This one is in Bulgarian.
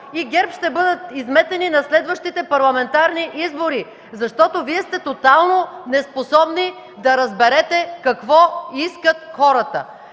и ГЕРБ ще бъдат изметени на следващите парламентарни избори! Защото Вие сте тотално неспособни да разберете какво искат хората.